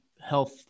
health